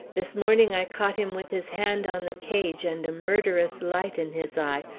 this morning i caught him with his hand on the cage and a murderous light in his eye,